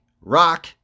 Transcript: rock